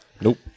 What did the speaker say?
Nope